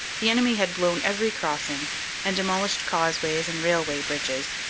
the enemy had blown every crossing and demolished causeways and railway bridges,